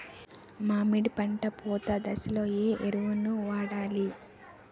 మామిడి పంట పూత దశలో ఏ ఎరువులను వాడాలి?